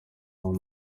aho